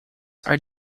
are